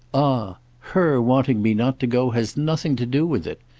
ah her wanting me not to go has nothing to do with it!